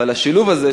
אבל השילוב הזה,